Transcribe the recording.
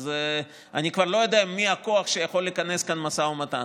אז אני כבר לא יודע מי הכוח שיכול להיכנס כאן למשא ומתן.